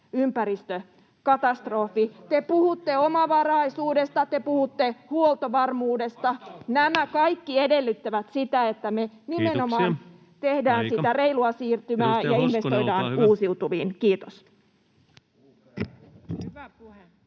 Te puhutte omavaraisuudesta, te puhutte huoltovarmuudesta — nämä kaikki edellyttävät sitä, että me nimenomaan [Puhemies: Kiitoksia! Aika!] teemme sitä reilua siirtymää ja investoimme uusiutuviin. — Kiitos.